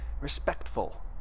respectful